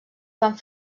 van